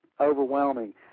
overwhelming